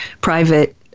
private